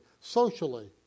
socially